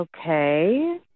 Okay